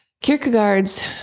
Kierkegaard's